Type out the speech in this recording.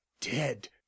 dead